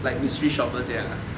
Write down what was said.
like mystery shopper 这样 ah